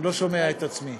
אני לא שומע את עצמי.